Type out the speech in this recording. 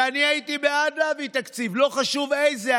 ואני הייתי בעד להביא תקציב, לא חשוב איזה.